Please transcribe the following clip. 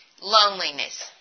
loneliness